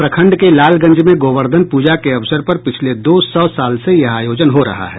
प्रखंड के लालगंज में गोवर्धन पूजा के अवसर पर पिछले दो सौ साल से यह आयोजन हो रहा है